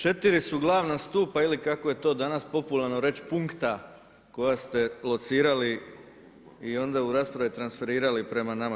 Četiri su glavna stupa ili kako je to danas popularno reći punkta koja ste locirali i onda u raspravi transferirali prema nama.